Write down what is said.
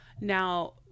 Now